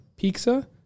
pizza